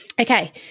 Okay